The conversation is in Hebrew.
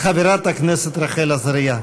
חברת הכנסת רחל עזריה.